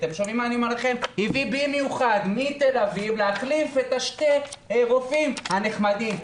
הביא במיוחד מתל אביב להחליף את שני הרופאים הנחמדים.